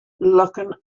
looking